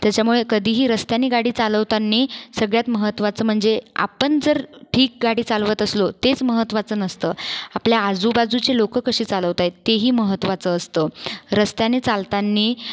त्याच्यामुळे कधीही रस्त्याने गाडी चालवताना सगळ्यात महत्त्वाचं म्हणजे आपण जर ठीक गाडी चालवत असलो तेच महत्त्वाचं नसतं आपल्या आजूबाजूचे लोकं कसे चालवत आहेत तेही महत्त्वाचं असतं रस्त्याने चालताना